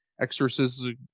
exorcism